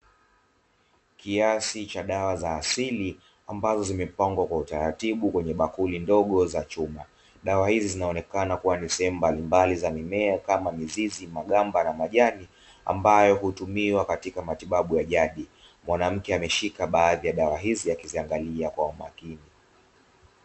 Kiasi cha dawa za asili ambazo zimepangwa kwa utaratibu kwenye bakuli ndogo za chuma. Dawa hizi zinaonekana kuwa ni sehemu mbalimbali za mimea kama mizizi, magamba ya majani; ambayo hutumiwa katika matibabu ya jadi. Mwanamke ameshika baadhi ya dawa hizi akiziangalia kwa umakini.